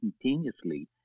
instantaneously